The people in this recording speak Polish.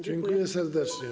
Dziękuję serdecznie.